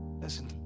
listen